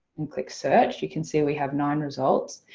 and click search, you can see we have nine results.